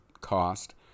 cost